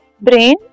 brain